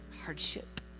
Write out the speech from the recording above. Hardship